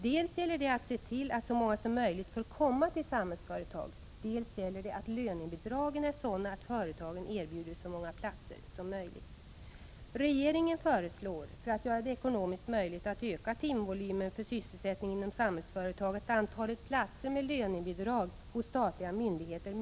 Dels gäller det att se till att så många som möjligt får komma till Samhällsföretag, dels gäller det att lönebidragen är sådana att företagen erbjuder så många platser som möjligt.